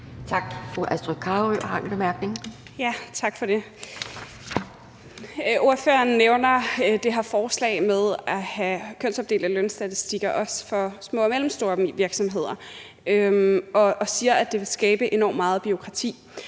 Tak. Fru Astrid Carøe har en bemærkning. Kl. 15:39 Astrid Carøe (SF): Tak for det. Ordføreren nævner det her forslag med at have kønsopdelte lønstatistikker også for små og mellemstore virksomheder og siger, at det vil skabe enormt meget bureaukrati.